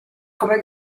come